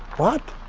what?